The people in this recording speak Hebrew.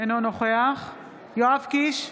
אינו נוכח יואב קיש,